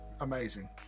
amazing